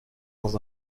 dans